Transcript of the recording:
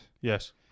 Yes